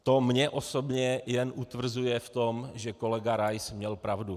To mě osobně jen utvrzuje v tom, že kolega Rais měl pravdu.